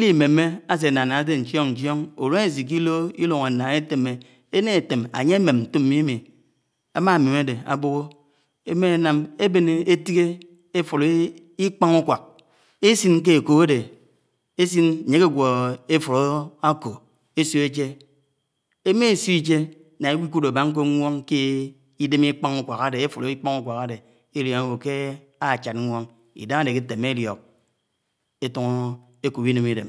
lliméme asénám ía áde. ñchōn ñchōn, úleśi llō llúng ánnáng etémé, énna étém añye eḿem ntom, amamem ade abohọ eben efud ikpan-uǩwák eśin ké éko áde ánye ákegẅe eśin efud ñde ésio éche émmá ésio íche nno elikúde abbá nǩo nwonké idém ékpan úkẃak adé élionǫ éwo ké áchád nwon. idahede ke atore eliok, etoro ekon inem idem.